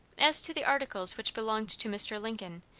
as to the articles which belonged to mr. lincoln,